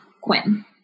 Quinn